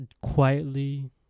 quietly